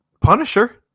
Punisher